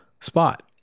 spot